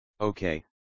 Okay